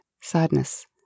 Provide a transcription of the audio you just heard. sadness